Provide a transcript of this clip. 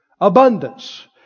Abundance